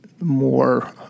more